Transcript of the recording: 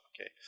okay